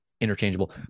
interchangeable